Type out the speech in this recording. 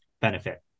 benefit